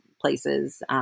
places